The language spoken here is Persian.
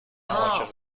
عاشق